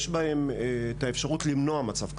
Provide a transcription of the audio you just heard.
יש בהם האפשרות למנוע מצב כזה.